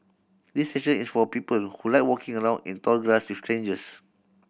this session is for people who like walking around in tall grass with strangers